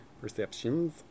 Perceptions